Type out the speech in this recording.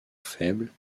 faible